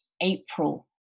April